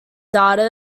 data